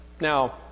Now